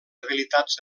habilitats